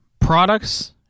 products